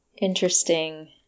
Interesting